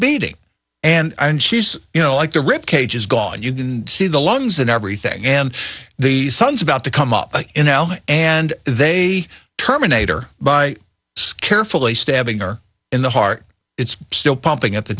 beating and she's you know like the rip cage is gone you can see the lungs and everything and the sun's about to come up in l and they terminator by carefully stabbing her in the heart it's still pumping at the